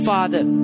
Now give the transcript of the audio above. Father